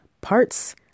parts